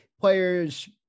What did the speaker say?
players